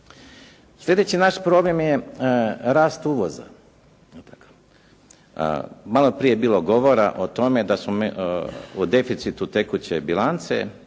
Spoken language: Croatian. Sljedeći naš problem je rast uvoza. Maloprije je bilo govora o tome da smo mi u deficitu tekuće bilance,